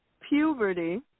puberty